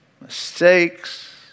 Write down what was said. mistakes